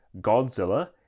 Godzilla